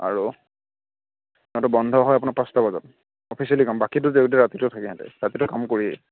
আৰু সেইটো বন্ধ হয় আপোনাৰ পাঁচটা বজাত অফিচিয়েলি কাম বাকীতো ৰাতিটো থাকে সিহঁতে ৰাতিটো কাম কৰেই